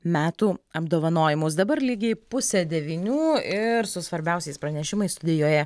metų apdovanojimus dabar lygiai pusę devynių ir su svarbiausiais pranešimais studijoje